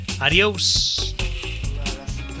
Adios